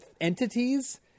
entities